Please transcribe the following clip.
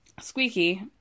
Squeaky